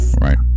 right